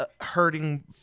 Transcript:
hurting